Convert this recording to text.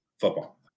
Football